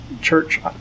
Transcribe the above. church